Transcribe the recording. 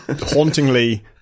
hauntingly